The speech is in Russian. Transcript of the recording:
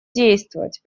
действовать